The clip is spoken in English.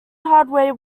hardware